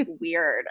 weird